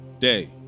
day